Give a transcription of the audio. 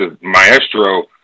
Maestro